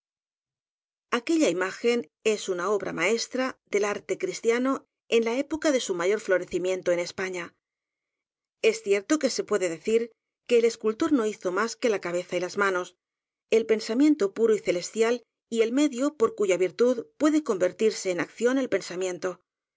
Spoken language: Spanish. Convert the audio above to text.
aquella imagen es una obra maestra del arte cristiano en la época de su mayor florecimiento en españa es cierto que se puede decir que el escul tor no hizo más que la cabeza y las manos el pen samiento puro y celestial y el medio por cuya vir tud puede convertirse en acción el pensamiento